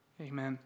Amen